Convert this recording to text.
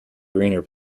greener